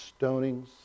stonings